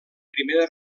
primera